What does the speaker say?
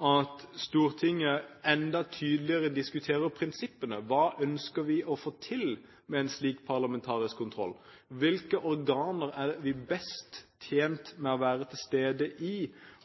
at Stortinget enda tydeligere diskuterer prinsippene. Hva ønsker vi å få til med en slik parlamentarisk kontroll? Hvilke organer er vi best tjent med å være til stede i,